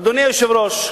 אדוני היושב-ראש,